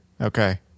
Okay